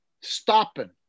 stopping